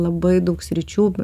labai daug sričių